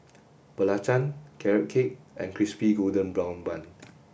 Belacan carrot cake and crispy golden brown bun